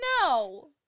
No